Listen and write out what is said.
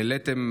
העליתם?